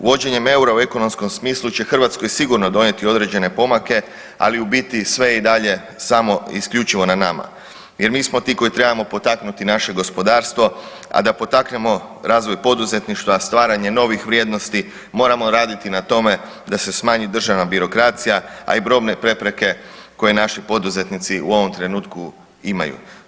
Uvođenjem EUR-a u ekonomskom smislu će Hrvatskoj sigurno donijeti određene pomake, ali u biti sve je i dalje samo i isključivo na nama jer mi smo ti koji trebamo potaknuti naše gospodarstvo, a da potaknemo razvoj poduzetništva stvaranje novih vrijednosti, moramo raditi na tome da se smanji državna birokracija, a i brojne prepreke koje naši poduzetnici u ovom trenutku imaju.